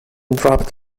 dropped